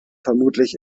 vermutlich